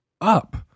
up